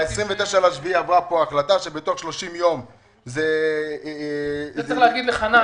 ב-29.7 עברה פה החלטה שאומרת שתוך 30 יום --- צריך להגיד לחנן,